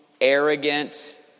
arrogant